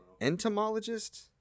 Entomologist